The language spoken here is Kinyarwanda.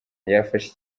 yafasha